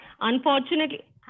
Unfortunately